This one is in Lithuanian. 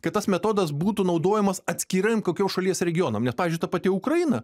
kad tas metodas būtų naudojamas atskirai ant kokios šalies regionam nes pavyzdžiui ta pati ukraina